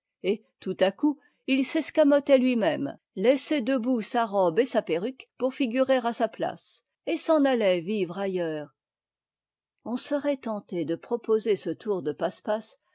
et tout à coup il s'escamotait tui même laissait debout sa robe et sa perruque pou ngurer à sa place et s'en allait vivre aitteui's on serait tenté de proposer ce tour de passe-passe